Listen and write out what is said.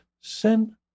sin